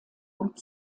und